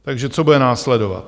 Takže co bude následovat?